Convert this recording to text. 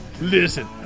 listen